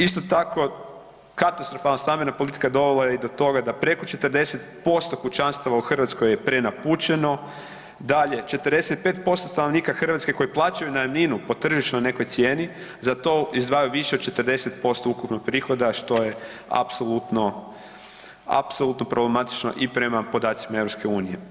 Isto tako katastrofalna stambena politika dovela je i do toga da preko 40% kućanstava u Hrvatskoj je prenapučeno, dalje, 45% stanovnika koji plaćaju najamninu po nekoj tržišnoj cijeni za to izdvajaju više od 40% ukupnog prihoda, što je apsolutno problematično i prema podacima EU.